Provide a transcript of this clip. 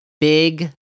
big